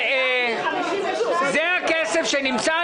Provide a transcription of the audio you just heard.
זה הכסף שנמצא.